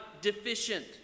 deficient